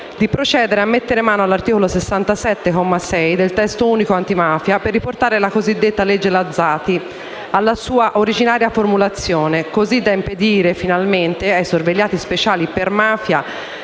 a procedere a mettere mano all'articolo 67, comma 6, del testo unico antimafia per riportare la cosiddetta legge Lazzati alla sua originaria formulazione, così da impedire finalmente ai sorvegliati speciali per mafia